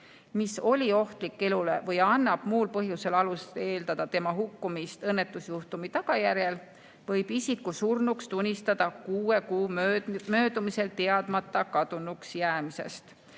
mis oli ohtlik elule, või annab muul põhjusel alust eeldada tema hukkumist õnnetusjuhtumi tagajärjel, võib isiku surnuks tunnistada kuue kuu möödumisel teadmata kadunuks jäämisest.